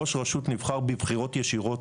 ראש רשות נבחר בבחירות ישירות,